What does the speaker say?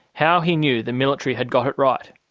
how he knew the military had got it right.